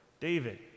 David